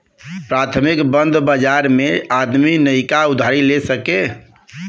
प्राथमिक बंध बाजार मे आदमी नइका उधारी ले सके